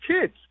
kids